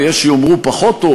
ויש שיאמרו פחות טוב,